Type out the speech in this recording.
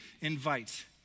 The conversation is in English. invite